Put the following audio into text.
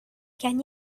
can